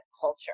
culture